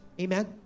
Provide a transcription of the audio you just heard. Amen